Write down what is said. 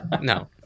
No